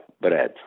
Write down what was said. bread